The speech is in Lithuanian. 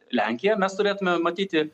lenkija mes turėtume matyti